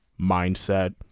mindset